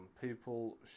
People